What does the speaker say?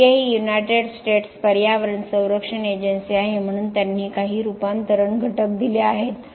EPA ही United States पर्यावरण संरक्षण एजन्सी आहे म्हणून त्यांनी काही रूपांतरण घटक दिले आहेत